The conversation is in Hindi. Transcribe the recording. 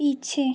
पीछे